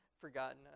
Forgotten